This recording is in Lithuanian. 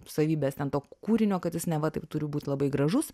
savybės ten to kūrinio kad jis neva taip turi būt labai gražus